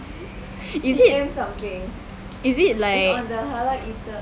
is it is it like the